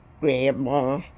Grandma